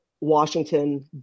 Washington